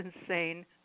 insane